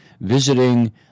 visiting